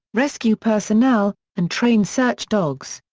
rescue personnel, and trained search dogs.